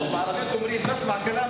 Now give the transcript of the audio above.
בערבית אומרים: (נושא דברים בשפה הערבית,